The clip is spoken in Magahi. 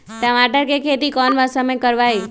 टमाटर की खेती कौन मौसम में करवाई?